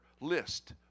list